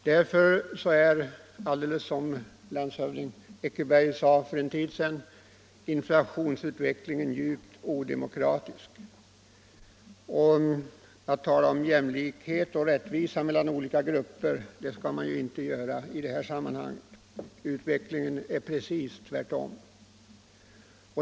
Därför är, som Sparbanksföreningens ordförande landshövding Eckerberg sade för en tid sedan, inflationsutvecklingen djupt odemokratisk. Jämlikhet och rättvisa mellan olika grupper skall man inte tala om i sammanhanget — utvecklingen är den rakt motsatta.